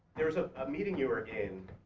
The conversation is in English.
there was a ah meeting you were in,